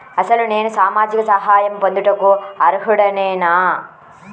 అసలు నేను సామాజిక సహాయం పొందుటకు అర్హుడనేన?